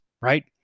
right